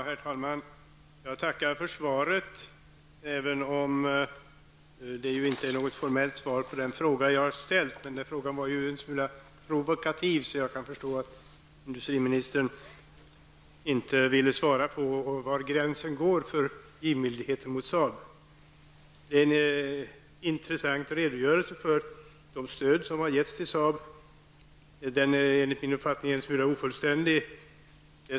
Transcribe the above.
Herr talman! Jag tackar för svaret, även om det ju inte var något formellt svar på den fråga som jag ställde, men eftersom min fråga var en smula provokativ, kan jag förstå att industriministern inte ville svara på var gränsen går för givmildheten mot Svaret innehåller en intressant redogörelse för de stöd som har getts till Saab, men enligt min uppfattning är det en något ofullständig redogörelse.